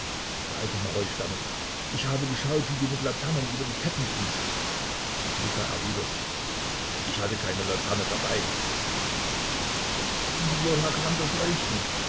der alte maroi stammelt ich habe geschaut wie du mit laternen über die ketten gingst luka erwidert ich hatte keine laterne dabei woher kam das leuchten